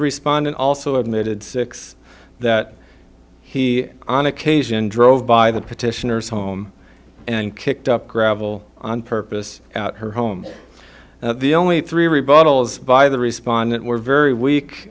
respondent also admitted six that he on occasion drove by the petitioners home and kicked up gravel on purpose at her home the only three rebuttal is by the respondent were very weak